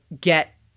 get